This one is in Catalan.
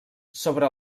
sobre